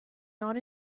not